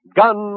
gun